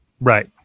Right